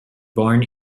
born